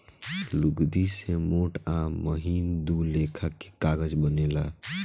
लुगदी से मोट आ महीन दू लेखा के कागज बनेला